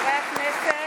חברי הכנסת